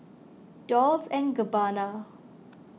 Dolce and Gabbana